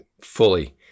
fully